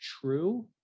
true